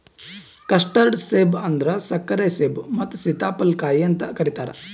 custard ಸೇಬ ಅಂದುರ್ ಸಕ್ಕರೆ ಸೇಬು ಮತ್ತ ಸೀತಾಫಲ ಕಾಯಿ ಅಂತ್ ಕರಿತಾರ್